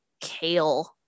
kale